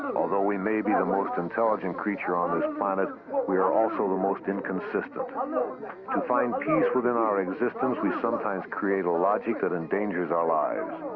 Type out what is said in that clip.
although we may be the most intelligent creature on this planet, we are also the most inconsistent. ah to and find peace within our existence we sometimes create a logic that endangers our lives.